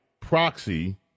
proxy